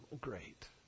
Great